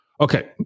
okay